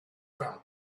found